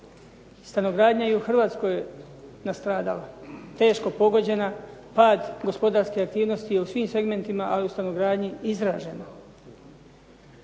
Stanogradnja je i u Hrvatskoj nastradala, teško pogođena, pad gospodarske aktivnosti je u svim segmentima ali u stanogradnji izraženo.